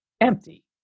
empty